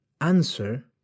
Answer